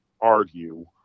argue